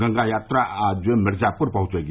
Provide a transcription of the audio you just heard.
गंगा यात्रा आज मिर्जापुर पहुंचेगी